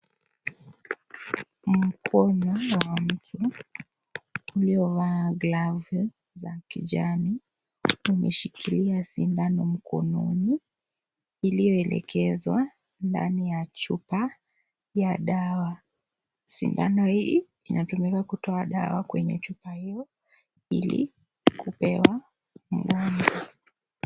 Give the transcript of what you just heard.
Mkono wa mtu uliovaa glavu za kijani umeshikilia sindano mkononi iliyoelekezwa ndani ya chupa ya dawa. Sindano hii inatumika kutoa dawa kwenye chupa hiyo ili kupewa mgonjwa .